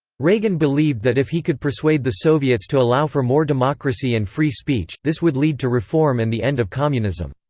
reagan believed that if he could persuade the soviets to allow for more democracy and free speech, this would lead to reform and the end of communism.